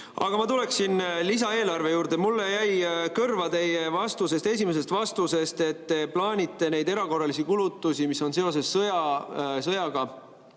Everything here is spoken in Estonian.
ma tuleksin lisaeelarve juurde. Mulle jäi kõrva teie esimesest vastusest, et te plaanite neid erakorralisi kulutusi, mis on seoses sõjaga